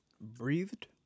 Breathed